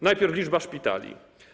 Najpierw liczba szpitali.